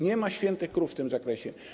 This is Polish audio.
Nie ma świętych krów w tym zakresie.